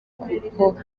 kuko